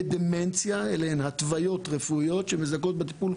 ודמנציה, אלה הן התוויות רפואיות שמזכות בטיפול.